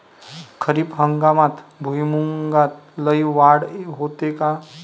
खरीप हंगामात भुईमूगात लई वाढ होते का?